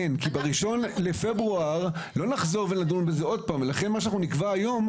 כי ב-1 בפברואר לא נחזור לדון בזה עוד פעם ולכן מה שנקבע היום,